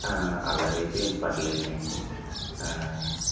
అలాగైతే ఏం పర్లేదు లేండి